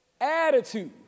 attitude